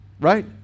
Right